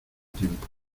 tiempo